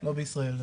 לא בישראל,